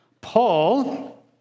Paul